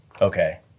Okay